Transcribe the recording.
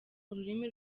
ururimi